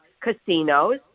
casinos